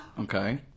Okay